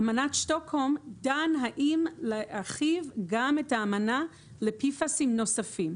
אמנת שטוקהולם דנה האם להרחיב את האמנה גם ל-PFAS נוספים.